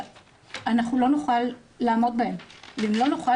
כשאנחנו לא נוכל לעמוד בהם ואם לא נוכל